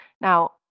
Now